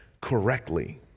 correctly